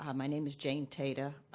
um my name is jane teta.